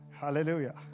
Hallelujah